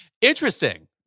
Interesting